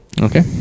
okay